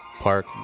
park